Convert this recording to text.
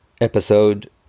Episode